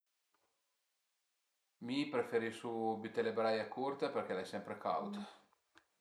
Mi preferisu büté le braie curte perché l'ai sempre caud